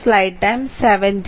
ചിത്രം 3